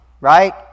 Right